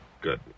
Good